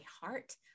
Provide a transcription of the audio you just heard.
heart